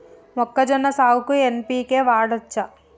మొక్కజొన్న సాగుకు ఎన్.పి.కే వాడచ్చా?